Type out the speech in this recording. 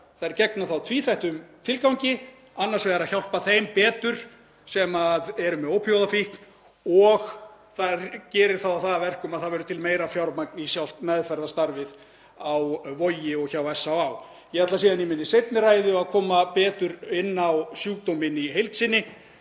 vantar gegna þá tvíþættum tilgangi, annars vegar að hjálpa þeim betur sem eru með ópíóíðafíkn og þær gera það að verkum að það verður til meira fjármagn í sjálft meðferðarstarfið á Vogi og hjá SÁÁ. Ég ætla síðan í minni seinni ræðu að koma betur inn á sjúkdóminn í heild sinni.